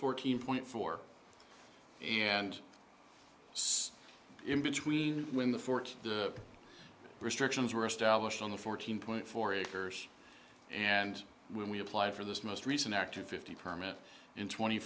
fourteen point four and so in between when the fort the restrictions were established on the fourteen point four acres and when we apply for this most recent active fifty permit in tw